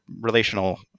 relational